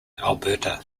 alberta